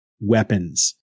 weapons